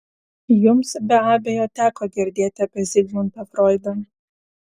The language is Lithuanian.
jums be abejo teko girdėti apie zigmundą froidą